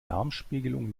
darmspiegelung